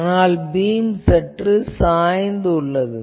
ஆனால் இந்த பீம் சற்று சாய்ந்துள்ளது